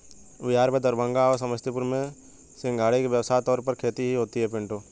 बिहार में दरभंगा और समस्तीपुर में सिंघाड़े की व्यापक तौर पर खेती होती है पिंटू